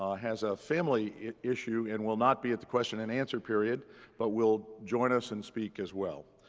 ah has a family issue and will not be at the question and answer period but will join us and speak, as well.